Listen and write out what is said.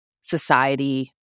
society